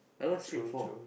I don't wanna slip and fall